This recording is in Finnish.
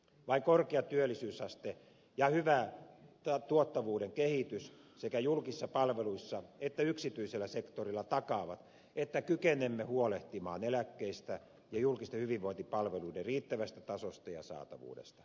vain korkea työllisyysaste ja hyvä tuottavuuden kehitys sekä julkisissa palveluissa että yksityisellä sektorilla takaavat että kykenemme huolehtimaan eläkkeistä ja julkisten hyvinvointipalveluiden riittävästä tasosta ja saatavuudesta